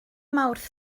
mawrth